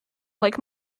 like